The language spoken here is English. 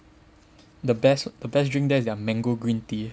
the best the best drink there is their mango green tea